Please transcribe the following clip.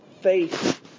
faith